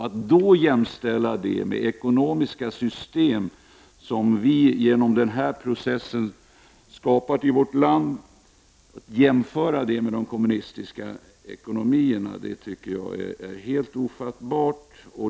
Att då jämföra det ekonomiska systemet som genom den demokratiska processen har skapats i vårt land med de kommunistiska ekonomierna är helt orimligt.